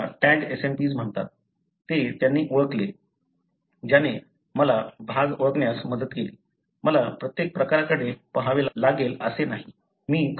ज्याला tag SNPs म्हणतात ते त्यांनी ओळखले ज्याने मला भाग ओळखण्यास मदत केली मला प्रत्येक प्रकाराकडे पाहावे लागेल असे नाही